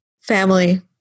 Family